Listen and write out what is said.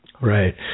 Right